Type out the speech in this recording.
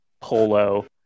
polo